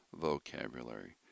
vocabulary